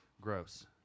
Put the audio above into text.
Gross